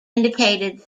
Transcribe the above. indicated